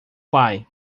pai